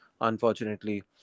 unfortunately